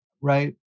right